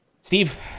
Steve